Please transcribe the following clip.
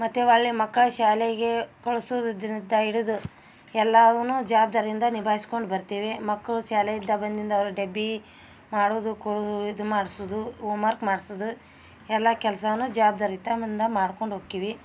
ಮತ್ತು ಒಳ್ಳೆಯ ಮಕ್ಕಳ ಶಾಲೆಗೆ ಕಳ್ಸೋದು ದಿನದ್ದ ಹಿಡಿದು ಎಲ್ಲಾವನು ಜವಾಬ್ದಾರಿಯಿಂದ ನಿಭಾಯಿಸ್ಕೊಂಡು ಬರ್ತೀವಿ ಮಕ್ಕಳು ಶಾಲೆಯಿದ್ದ ಬಂದಿಂದ ಅವರ ಡಬ್ಬಿ ಮಾಡೋದು ಕೊಡೋದು ಇದು ಮಾಡ್ಸೋದು ಓಮ್ವರ್ಕ್ ಮಾಡ್ಸೋದು ಎಲ್ಲ ಕೆಲಸವನ್ನು ಜವಬ್ದಾರಿಯುತ ಮುಂದ ಮಾಡ್ಕೊಂಡು ಹೋಕ್ಕಿವಿ